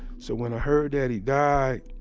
so when i heard that he died,